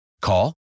Call